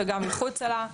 וגם מחוצה לה,